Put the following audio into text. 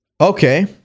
Okay